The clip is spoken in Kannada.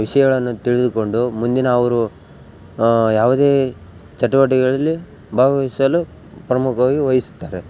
ವಿಷಯಗಳನ್ನು ತಿಳಿದುಕೊಂಡು ಮುಂದಿನ ಅವರು ಯಾವುದೇ ಚಟುವಟಿಕೆಗಳಲ್ಲಿ ಭಾಗವಹಿಸಲು ಪ್ರಮುಖವಾಗಿ ವಹಿಸ್ತಾರೆ